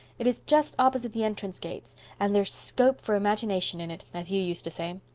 it is just opposite the entrance gates and there's scope for imagination in it, as you used to say.